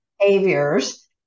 behaviors